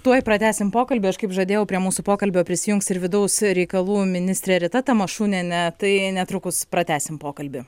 tuoj pratęsim pokalbį aš kaip žadėjau prie mūsų pokalbio prisijungs ir vidaus reikalų ministrė rita tamašunienė tai netrukus pratęsim pokalbį